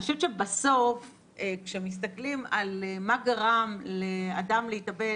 אני חושבת שבסוף כשמסתכלים על מה גרם לאדם להתאבד